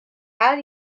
had